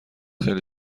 خیلی